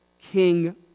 king